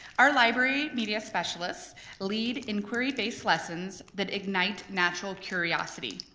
our library media specialists lead inquiry based lessons that ignite natural curiosity.